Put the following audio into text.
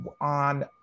on